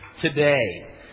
today